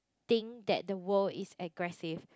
think that the world is aggressive